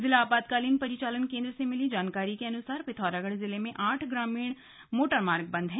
जिला आपातकालीन परिचालन केंद्र से मिली जानकारी के अनुसार पिथौरागढ़ जिले में आठ ग्रामीण मोटरमार्ग बंद हैं